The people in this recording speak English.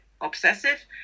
obsessive